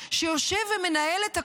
שיושב ומנהל את הכול,